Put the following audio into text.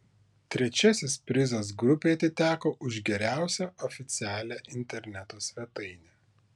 trečiasis prizas grupei atiteko už geriausią oficialią interneto svetainę